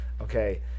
okay